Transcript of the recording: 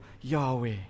Yahweh